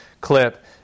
clip